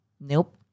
Nope